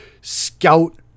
scout